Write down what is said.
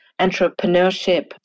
entrepreneurship